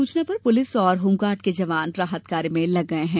सूचना पर पुलिस और होमगार्ड के जवान राहत कार्य में लग गए हैं